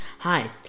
Hi